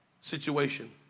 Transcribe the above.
situation